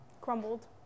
crumbled